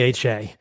DHA